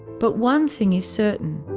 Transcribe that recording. but one thing is certain,